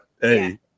hey